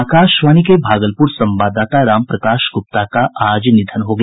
आकाशवाणी के भागलपुर संवाददाता राम प्रकाश गुप्ता का आज निधन हो गया